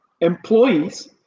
employees